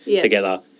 together